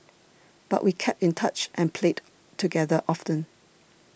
but we kept in touch and played together often